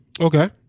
Okay